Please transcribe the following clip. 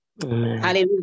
Hallelujah